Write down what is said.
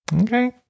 Okay